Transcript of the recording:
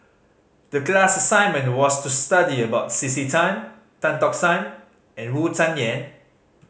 the class assignment was to study about C C Tan Tan Tock San and Wu Tsai Yen